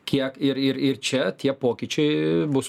kiek ir ir ir čia tie pokyčiai bus